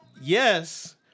Yes